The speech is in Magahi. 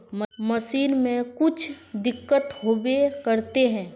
मशीन में कुछ दिक्कत होबे करते है?